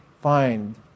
find